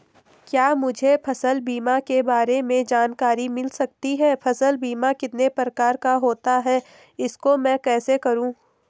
क्या मुझे फसल बीमा के बारे में जानकारी मिल सकती है फसल बीमा कितने प्रकार का होता है इसको मैं कैसे करूँ?